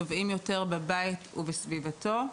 טובעים יותר בבית ובסביבתו,